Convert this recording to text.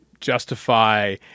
justify